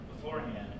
beforehand